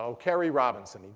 ah kerry robinson.